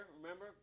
Remember